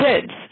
kids